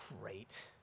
great